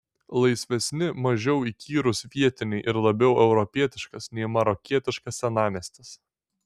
laisvesni mažiau įkyrūs vietiniai ir labiau europietiškas nei marokietiškas senamiestis